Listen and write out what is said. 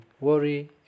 worry